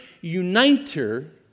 uniter